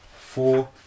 Four